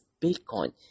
Bitcoin